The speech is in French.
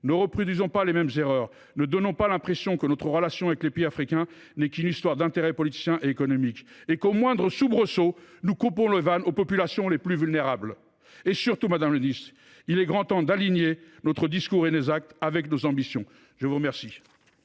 Ne reproduisons pas les mêmes erreurs. Ne donnons pas l’impression que notre relation avec les pays africains n’est qu’une histoire d’intérêts politiciens et économiques, et que, au moindre soubresaut, nous coupons les vannes aux populations les plus vulnérables. Surtout, madame la ministre, il est grand temps d’aligner nos discours et nos actes avec nos ambitions ! La parole